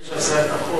במקרה מי שעשה את החוק.